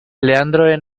leandro